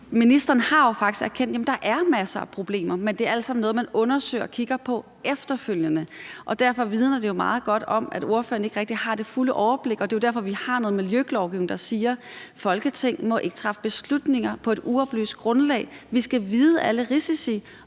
Ministeren har jo faktisk erkendt, at der er masser af problemer, men at det er alt sammen noget, man undersøger og kigger på efterfølgende. Derfor vidner det jo meget godt om, at ordføreren ikke rigtig har det fulde overblik, og det er jo derfor, vi har en miljølovgivning, der siger, at Folketinget ikke må træffe beslutninger på et uoplyst grundlag, men at vi skal vide,